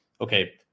Okay